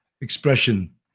expression